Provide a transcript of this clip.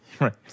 Right